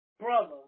brother